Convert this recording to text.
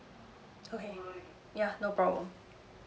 oh ya no problem